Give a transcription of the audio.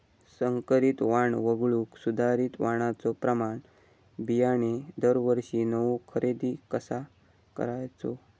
संकरित वाण वगळुक सुधारित वाणाचो प्रमाण बियाणे दरवर्षीक नवो खरेदी कसा करायचो?